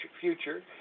future